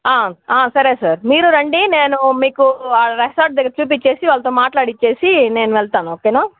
సరే సార్ మీరు రండి నేను మీకు ఆ రెసార్ట్ దగ్గర చూపిచ్చేసి వాళ్ళతో మాట్లాడిచ్చేసి నేను వెళ్తాను ఓకేనా